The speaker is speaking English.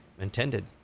intended